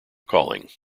calling